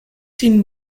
sin